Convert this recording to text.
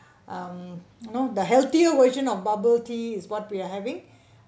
um you know the healthier version of bubble tea is what we are having